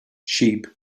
sheep